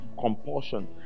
compulsion